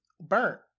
burnt